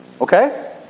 Okay